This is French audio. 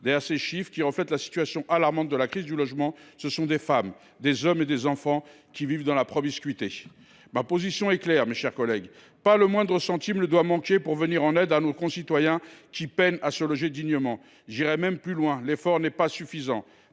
ces chiffres, qui reflètent la crise alarmante du logement, ce sont des femmes, des hommes et des enfants qui vivent dans la promiscuité. Ma position est claire, mes chers collègues : pas le moindre centime ne doit manquer pour venir en aide à nos concitoyens qui peinent à se loger dignement. J’irai même plus loin : l’effort n’est pas suffisant